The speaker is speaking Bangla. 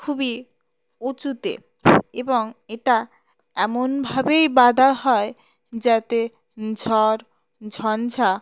খুবই উঁচুতে এবং এটা এমনভাবেই বাঁধা হয় যাতে ঝড় ঝঞ্ঝা